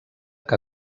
que